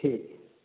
ठीक